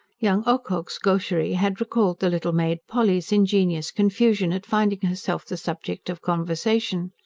young ocock's gaucherie had recalled the little maid polly's ingenuous confusion, at finding herself the subject of conversation.